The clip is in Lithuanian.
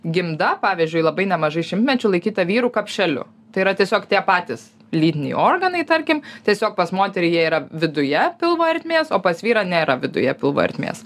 gimda pavyzdžiui labai nemažai šimtmečių laikyta vyrų kapšeliu tai yra tiesiog tie patys lytiniai organai tarkim tiesiog pas moterį jie yra viduje pilvo ertmės o pas vyrą nėra viduje pilvo ertmės